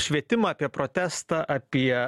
švietimą apie protestą apie